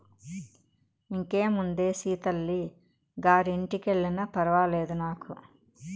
ఇంకేముందే సీతల్లి గారి ఇంటికెల్లినా ఫర్వాలేదు నాకు